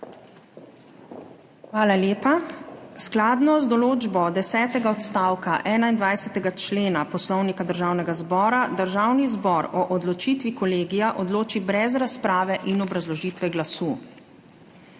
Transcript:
Hvala lepa. Skladno z določbo desetega odstavka 21. člena Poslovnika Državnega zbora Državni zbor o odločitvi kolegija odloči brez razprave in obrazložitve glasu.